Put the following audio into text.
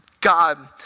God